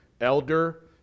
elder